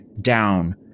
down